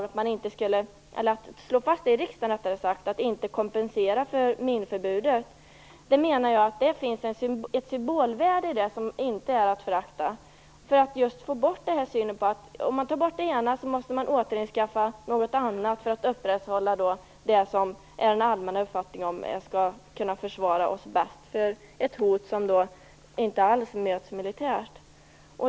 Att i riksdagen slå fast att man inte skall kompensera för minförbudet innebär ett symbolvärde som inte är att förakta. Det bidrar till att man får bort synen att borttagande av det ena måste kompenseras genom anskaffning av något annat för att kunna upprätthålla den allmänna uppfattningen om det som skall kunna försvara oss bäst mot ett hot som inte alls möts militärt.